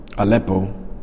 Aleppo